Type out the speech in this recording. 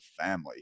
family